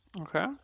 okay